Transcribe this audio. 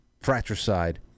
Fratricide